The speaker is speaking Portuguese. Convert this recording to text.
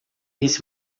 esse